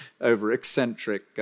over-eccentric